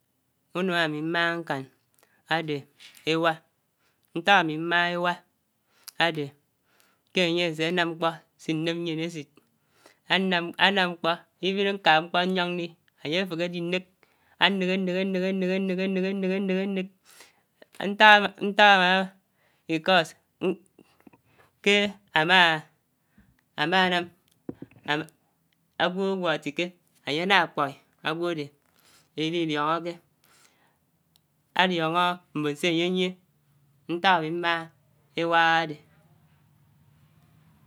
Unàm ámi mmàghà nkàn ádè éwà, nták ámi mmághá éwà ádè kè ányè asè nàm mkpò sī nnèm mièn èsit ánám mkpò even nkà mkpò nyòng ndi ányè fèhè dī nnèk, ánnèk, ánnèk, nnèk. nnèk. nnèk. nnèk. nnèk. nnèk. nnèk. nnèk, ntàk ànàm ntàk ànàm because kè ámànàm (s) ágwò ágwò átikè ányè ána, kpòi ágwò àdè ányè idi diòngòkè. Ádiòngò mbón sè ányè niè ntàk ámi mmá éwà ádèdè.